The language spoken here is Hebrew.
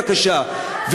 בבקשה,